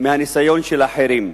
מהניסיון של אחרים.